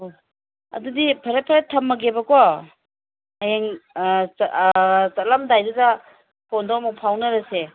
ꯍꯣ ꯑꯗꯨꯗꯤ ꯐꯔꯦ ꯐꯔꯦ ꯊꯝꯃꯒꯦꯕꯀꯣ ꯍꯌꯦꯡ ꯑꯥ ꯑꯥ ꯆꯠꯂꯝꯗꯥꯏꯗꯨꯗ ꯐꯣꯟꯗꯣ ꯑꯃꯨꯛ ꯐꯥꯎꯅꯔꯁꯦ